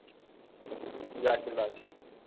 ꯂꯥꯛꯀꯦ ꯂꯥꯛꯀꯦ